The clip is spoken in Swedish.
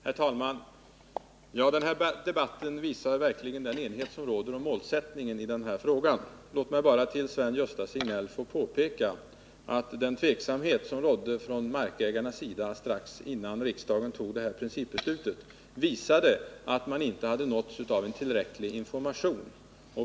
Herr talman! Debatten visar verkligen den enighet som råder om målsättningen i den här frågan. Låt mig bara för Sven-Gösta Signell få påpeka att markägarnas tveksamhet strax innan riksdagen tog principbeslutet visade att de inte hade nåtts av en tillräcklig information.